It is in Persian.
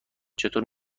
چطور